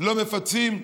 לא מפצים.